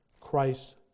Christ